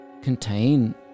contain